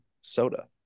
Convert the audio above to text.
soda